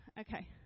Okay